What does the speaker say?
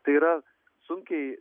tai yra sunkiai